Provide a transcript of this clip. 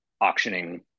auctioning